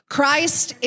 Christ